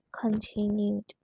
continued